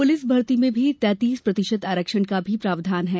police भर्ती में भी तैतीस प्रतिशत आरक्षण का भी प्रावधान है